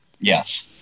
Yes